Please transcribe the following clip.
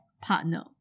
partner